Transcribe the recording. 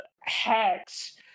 hacks